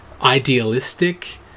idealistic